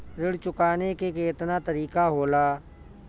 ऋण चुकाने के केतना तरीका होला?